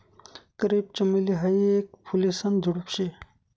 crepe चमेली हायी येक फुलेसन झुडुप शे